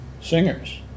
singers